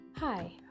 Hi